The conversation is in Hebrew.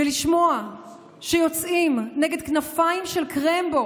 ולשמוע שיוצאים נגד כנפיים של קרמבו,